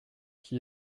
qui